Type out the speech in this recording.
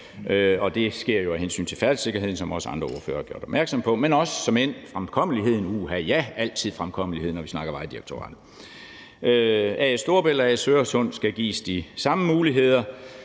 det sker jo af hensyn til færdselssikkerheden, som også andre ordførere har gjort opmærksom på, men såmænd også af hensyn til fremkommeligheden – uha ja, det handler altid om fremkommelighed, når vi snakker om Vejdirektoratet. A/S Storebælt og A/S Øresund skal gives de samme muligheder